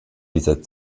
dieser